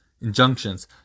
injunctions